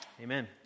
Amen